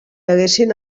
haguessin